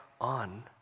on